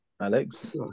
Alex